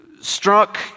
struck